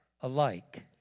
alike